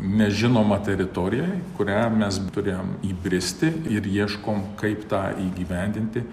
nežinoma teritorijoj kurią mes turėjom įbristi ir ieškom kaip tą įgyvendinti